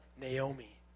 Naomi